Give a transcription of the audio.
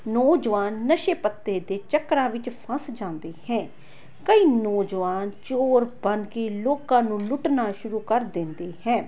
ਨੌਜਵਾਨ ਨਸ਼ੇ ਪੱਤੇ ਦੇ ਚੱਕਰਾਂ ਵਿੱਚ ਫਸ ਜਾਂਦੇ ਹੈ ਕਈ ਨੌਜਵਾਨ ਚੋਰ ਬਣ ਕੇ ਲੋਕਾਂ ਨੂੰ ਲੁੱਟਣਾ ਸ਼ੁਰੂ ਕਰ ਦਿੰਦੇ ਹੈ